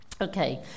Okay